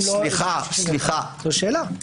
זאת שאלה.